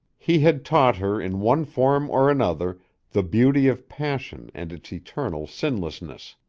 he had taught her in one form or another the beauty of passion and its eternal sinlessness,